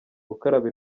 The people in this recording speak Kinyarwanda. gukaraba